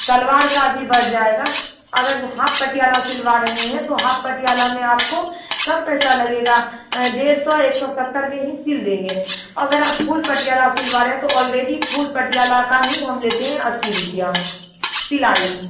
सलवार का भी बढ़ जाएगा अगर हाफ पटियाला सिलवा रहे हैं तो हाफ पटियाला में आपको कम पैसा लगेगा डेढ़ सौ एक सौ सत्तर में ही सिल देंगे अगर आप फुल पटियाला सिलवा रहे हैं तोऑलरेडी फुल पटियाला का ही हम लेते हैं अस्सी रुपया सिलाई